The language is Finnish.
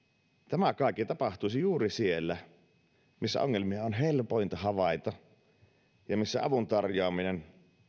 tämä kaikki tapahtuisi juuri siellä missä ongelmia on helpointa havaita ja missä avun tarjoaminen on